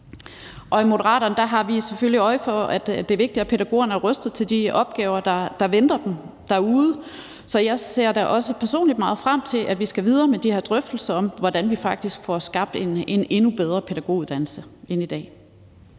I Moderaterne har vi selvfølgelig øje for, at det er vigtigt, at pædagogerne er rustet til de opgaver, der venter dem derude. Så jeg ser da også personligt meget frem til, at vi skal videre med de her drøftelser om, hvordan vi faktisk får skabt en endnu bedre pædagoguddannelse end i dag.